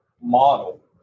model